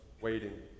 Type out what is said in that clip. waiting